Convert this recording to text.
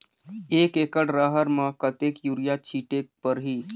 एक एकड रहर म कतेक युरिया छीटेक परही?